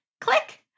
click